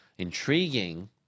intriguing